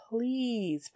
please